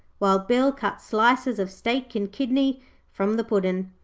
while bill cut slices of steak-and-kidney from the puddin'.